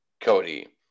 Cody